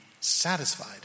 satisfied